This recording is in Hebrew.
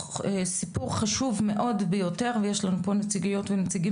סיפור חשוב ביותר ויש לנו פה נציגות ונציגים